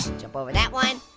jump over that one,